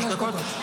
שלוש דקות?